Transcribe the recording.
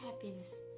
happiness